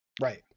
Right